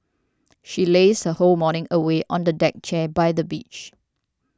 she lazed her whole morning away on a deck chair by the beach